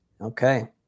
Okay